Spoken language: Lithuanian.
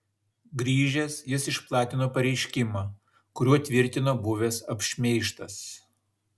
grįžęs jis išplatino pareiškimą kuriuo tvirtino buvęs apšmeižtas